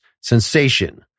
sensation